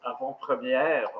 avant-première